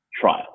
trial